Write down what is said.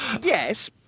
Yes